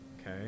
okay